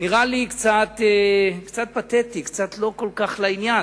נראה לי קצת פתטי, קצת לא כל כך לעניין.